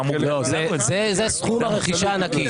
זה סכום הרכישה הנקי.